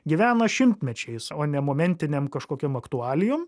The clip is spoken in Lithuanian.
gyvena šimtmečiais o ne momentinėm kažkokiom aktualijom